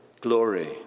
glory